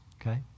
okay